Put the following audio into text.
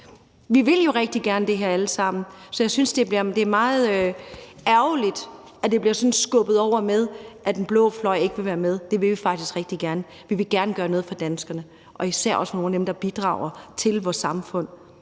Vi vil jo rigtig gerne det her alle sammen, så jeg synes, det er meget ærgerligt, at det sådan bliver skubbet til side med, at den blå fløj ikke vil være med – det vil vi faktisk rigtig gerne. Vi vil gerne gøre noget for danskerne, især også for nogle af dem, der bidrager til vores samfund